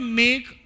make